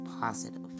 positive